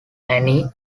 annie